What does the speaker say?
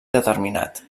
determinat